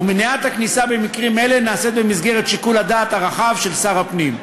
ומניעת הכניסה במקרים אלו נעשית במסגרת שיקול הדעת הרחב של שר הפנים.